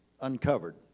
uncovered